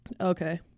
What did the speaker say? Okay